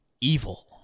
evil